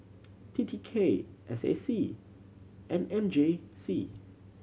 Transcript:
T T K S A C and M J C